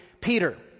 Peter